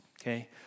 okay